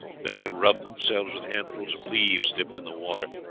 then they rubbed themselves with handfuls of leaves dipped in the water,